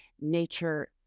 nature